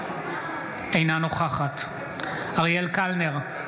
אינה נוכחת אריאל קלנר,